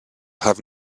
have